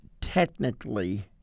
technically